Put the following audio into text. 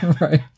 Right